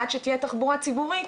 עד שתהיה תחבורה ציבורית,